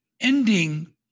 Ending